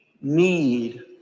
need